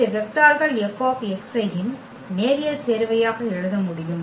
இந்த வெக்டார்கள் F இன் நேரியல் சேர்வையாக எழுத முடியும்